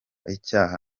icyaha